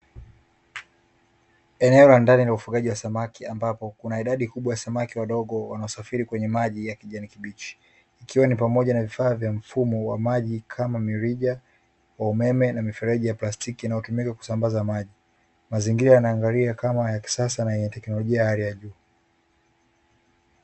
Eneo la ndani la ufugaji wa samaki ambapo kuna idadi kubwa ya samaki wadogo wanaosafiri kwenye maji ya kijani kibichi, ikiwa ni pamoja na vifaa vya mfumo wa maji kama mirija wa umeme na mifereji ya plastiki inayotumika kusambaza maji, mazingira yanaangalia kama ya kisasa yenye teknolojia ya hali ya juu.